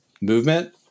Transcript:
movement